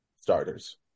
Starters